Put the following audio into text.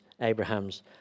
Abraham's